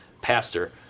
pastor